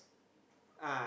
ah